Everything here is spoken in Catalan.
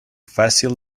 fàcil